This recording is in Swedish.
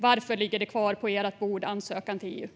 Varför ligger ansökan till EU kvar på ert bord?